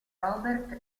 robert